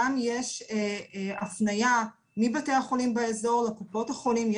גם יש הפניה מבתי החולים באזור לקופות החולים.